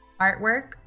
artwork